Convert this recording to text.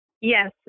Yes